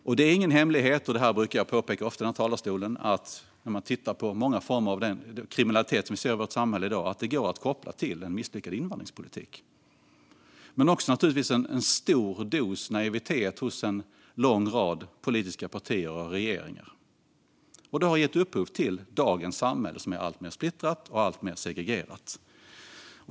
Som jag ofta påpekar från denna talarstol är det ingen hemlighet att många former av den kriminalitet som vi ser i vårt samhälle i dag går att koppla till en misslyckad invandringspolitik och till en stor dos naivitet hos en lång rad politiska partier och regeringar. Detta har gett upphov till dagens samhälle, som har blivit alltmer splittrat och alltmer segregerat.